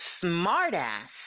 smart-ass